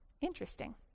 Interesting